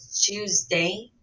Tuesday